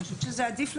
אני חושבת שזה עדיף לנו.